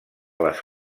les